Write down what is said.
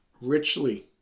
richly